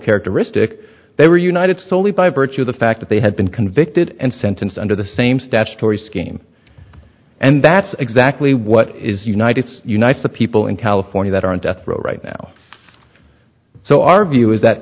characteristic they were united solely by virtue of the fact that they had been convicted and sentenced under the same statutory scheme and that's exactly what is united unites the people in california that aren't death row right now so our view is that